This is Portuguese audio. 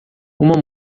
uma